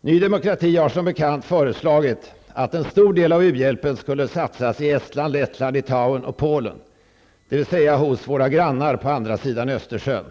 Ny demokrati har, som bekant, föreslagit att en stor del av u-hjälpen skall satsas i Estland, Lettland, Littauen och Polen, dvs. hos våra grannar på andra sidan Östersjön.